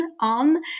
on